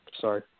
Sorry